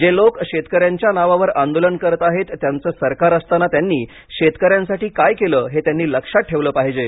जे लोक शेतकऱ्यांच्या नावावर आंदोलन करत आहेत त्यांचं सरकार असताना त्यांनी शेतकऱ्यांसाठी काय केले हे त्यांनी लक्षात ठेवले पाहिजे